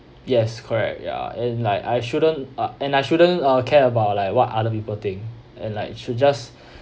yes correct ya and like I shouldn't uh and I shouldn't uh care about like what other people think and like should just